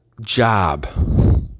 job